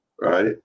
right